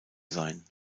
sein